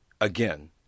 Again